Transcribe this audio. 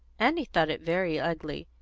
annie thought it very ugly,